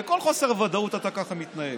בכל חוסר ודאות אתה ככה מתנהג.